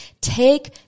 Take